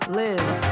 live